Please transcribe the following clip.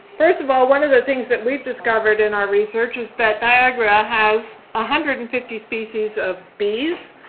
first of all, one of the things that we've discovered in our research is that niagara has one ah hundred and fifty species of bees.